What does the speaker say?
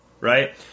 Right